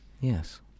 Yes